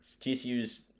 TCU's